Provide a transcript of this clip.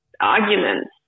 arguments